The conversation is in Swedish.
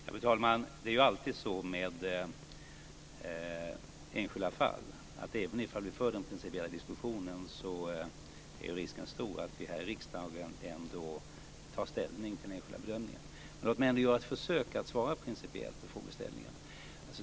Fru talman! Det är alltid så med enskilda fall att även om vi för den principiella diskussionen är risken stor att vi här i riksdagen ändå tar ställning till den enskilda bedömningen. Men låt mig ändå göra ett försök att svara principiellt på frågeställningen.